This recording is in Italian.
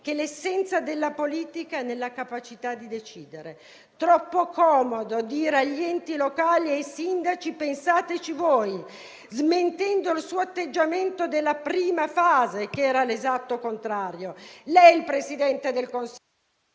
che l'essenza della politica è la capacità di decidere. Troppo comodo dire agli enti locali e ai sindaci: «Pensateci voi», smentendo il suo atteggiamento della prima fase, che era l'esatto contrario. Lei, signor Presidente del Consiglio,